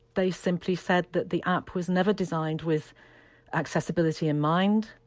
they simply said that the app was never designed with accessibility in mind,